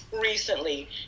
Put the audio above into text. recently